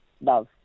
love